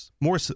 more